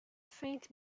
faint